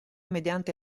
mediante